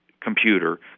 computer